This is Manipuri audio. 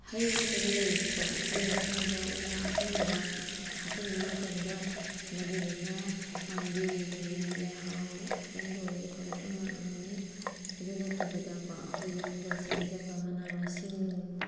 ꯍꯩ ꯅꯠꯇꯔꯒ ꯂꯩ ꯀꯣ ꯁꯤꯒꯤ ꯃꯈꯣꯡꯗ ꯎꯅꯥ ꯑꯀꯪꯕ ꯍꯥꯞꯆꯟꯕ ꯃꯇꯝꯗ ꯃꯗꯨꯗꯨꯅ ꯄꯥꯝꯕꯤꯗꯨꯒꯤ ꯂꯩꯍꯥꯎ ꯈꯤꯇꯪꯇ ꯑꯣꯏꯔꯁꯨ ꯐꯒꯠꯄ ꯉꯝꯃꯤ ꯑꯗꯨ ꯅꯠꯇꯕꯗ ꯀꯣ ꯑꯩꯈꯣꯏ ꯌꯨꯝꯗ ꯁꯦꯝꯖꯕ ꯃꯅꯥ ꯃꯁꯤꯡ